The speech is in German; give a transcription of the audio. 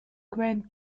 grand